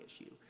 issue